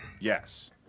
Yes